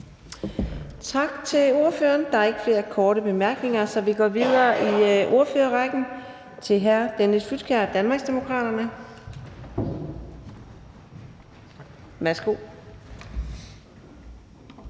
Tak til ordføreren. Der er ikke flere korte bemærkninger. Så går vi videre i ordførerrækken til hr. Dennis Flydtkjær, Danmarksdemokraterne. Værsgo.